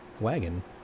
wagon